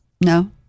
No